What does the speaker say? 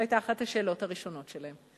זאת היתה אחת השאלות הראשונות שלהם.